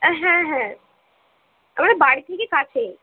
হ্যাঁ হ্যাঁ আমার বাড়ি থেকে কাছে